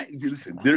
Listen